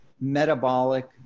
metabolic